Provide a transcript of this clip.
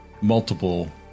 multiple